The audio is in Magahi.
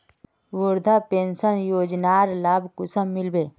वृद्धा पेंशन योजनार लाभ कुंसम मिलबे?